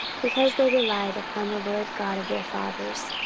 because they relied upon the lord god of their fathers.